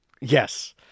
Yes